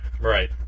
Right